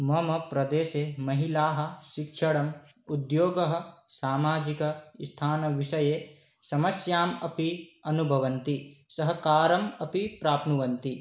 मम प्रदेशे महिलाशिक्षणं उद्योगं सामाजिकस्थानविषये समस्याम् अपि अनुभवन्ति सहकारम् अपि प्राप्नुवन्ति